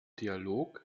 dialog